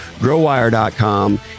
Growwire.com